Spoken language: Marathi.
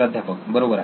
प्राध्यापक बरोबर आहे